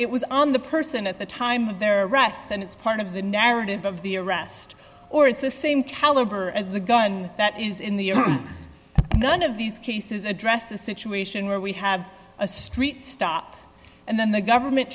it was on the person at the time of their arrest and it's part of the narrative of the arrest or it's the same caliber as the gun that is in the none of these cases address a situation where we have a street stop and then the government